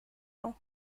flanc